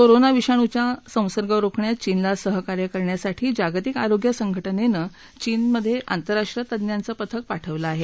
corona विषाणुच्या संसर्ग रोखण्यात चीनला सहकार्य करण्यासाठी जागतिक आरोग्य संघ जेनं चीनमध्ये आंतरराष्ट्रीय तज्ञांच पथक पाठवलं आहे